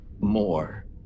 more